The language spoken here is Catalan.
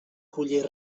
collir